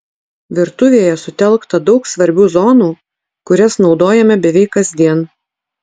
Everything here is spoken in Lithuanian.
virtuvėje sutelkta daug svarbių zonų kurias naudojame beveik kasdien